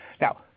Now